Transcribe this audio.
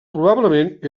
probablement